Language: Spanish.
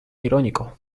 irónico